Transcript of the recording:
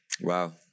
Wow